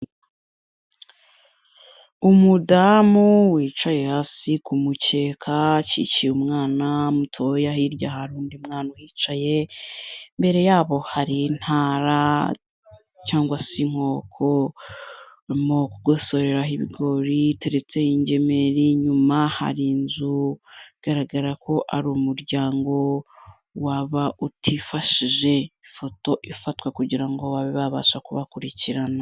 Umudamu wicaye hasi ku mukeka acikiye umwana mutoya, hirya hari undi mwana uhicaye, imbere yabo hari intara cyangwa se inkoko barimo kugosorera ibigori iteretseho ingemeri, inyuma hari inzu igaragara ko ari umuryango waba utifashije, ifoto ifatwa kugira ngo babe babasha kubakurikirana.